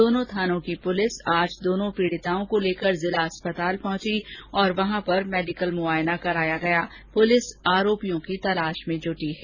दोनों थानों की पुलिस आज दोनों पीड़िताओं को लेकर जिला अस्पताल पहुंची और वहां पर मेडिकल मुआयना कराया गया है पुलिस आरोपियों की तलाश में जुटी हुई है